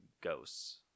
ghosts